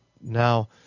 now